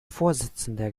vorsitzender